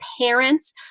parents